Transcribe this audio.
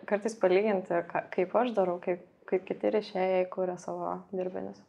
kartais palyginti ka kaip aš darau kaip kaip kiti rišėjai kuria savo dirbinius